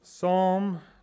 Psalm